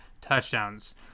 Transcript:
Touchdowns